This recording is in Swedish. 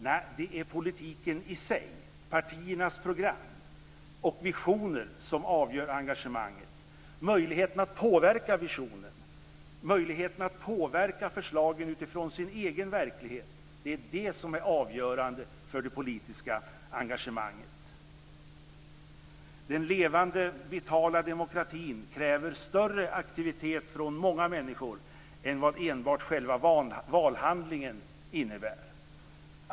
Nej, det är politiken i sig, partiernas program och visioner, som avgör engagemanget. Möjligheten att påverka visionen, att påverka förslagen utifrån sin egen verklighet är avgörande för det politiska engagemanget. Den levande vitala demokratin kräver större aktivitet från många människor än vad enbart själva valhandlingen innebär.